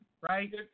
right